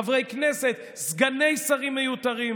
חברי כנסת, סגני שרים מיותרים,